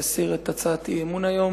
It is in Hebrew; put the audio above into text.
להסיר את הצעת האי-אמון היום.